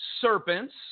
serpents